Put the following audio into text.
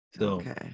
Okay